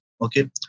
okay